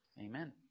Amen